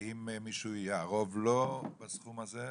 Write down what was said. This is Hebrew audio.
ואם מישהו יערוב לו בסכום הזה?